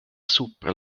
supra